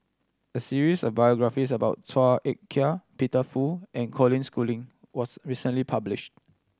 a series of biographies about Chua Ek Kay Peter Fu and Colin Schooling was recently published